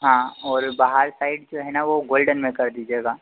हाँ और बाहर साइड जो है ना वह गोल्डन में कर दीजिएगा